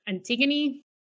Antigone